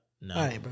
No